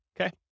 Okay